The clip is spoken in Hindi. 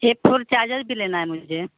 हेडफ़ोन चार्जर भी लेना है मुझे